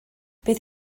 beth